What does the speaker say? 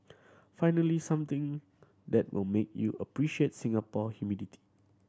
finally something that will make you appreciate Singapore humidity